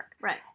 right